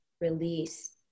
release